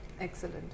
Excellent